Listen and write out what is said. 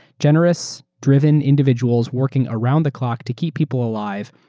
generous driven individuals working around the clock to keep people alive,